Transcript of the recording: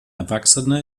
erwachsene